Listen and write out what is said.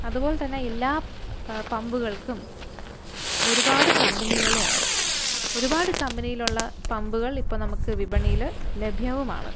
അതുപോലെ തന്നെ എല്ലാ പമ്പുകൾക്കും ഒരുപാട് കമ്പനികളും ഉണ്ട് ഒരുപാട് കമ്പനിയിലുള്ള പമ്പുകൾ ഇപ്പോൾ നമുക്ക് വിപണിയിൽ ലഭ്യവുമാണ്